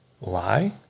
lie